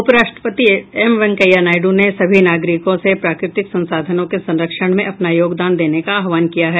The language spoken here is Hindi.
उपराष्ट्रपति एम वेंकैया नायड् ने सभी नागरिकों से प्राकृतिक संसाधनों के संरक्षण में अपना योगदान देने का आहवान किया है